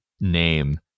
name